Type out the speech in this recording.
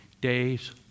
days